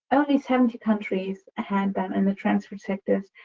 only seventy countries had that in the transport sectors,